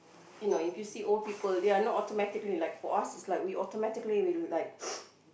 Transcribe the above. you know if you see old people they are not automatically like for us like we automatically we like